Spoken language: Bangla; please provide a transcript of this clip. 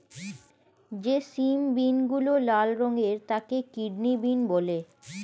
যে সিম বিনগুলো লাল রঙের তাকে কিডনি বিন বলে